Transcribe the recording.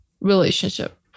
Relationship